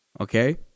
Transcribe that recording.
okay